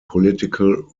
political